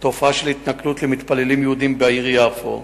באתר nrg התפרסם כי ערבים מתנכלים למתפללים בשני בתי-כנסת ביפו.